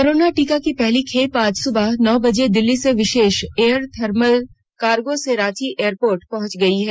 corona टीके की पहली खेप आज सुबह नौ बजे दिल्ली से विशेष एयर थर्मल कार्गो से रांची एयरपोर्ट पहुंच गई है